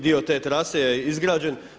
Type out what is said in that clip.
Dio te trase je izgrađen.